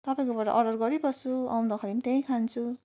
तपाईँकोबाट अर्डर गरिबस्छु आउँदाखेरि त्यहीँ खान्छु